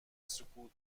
سکوت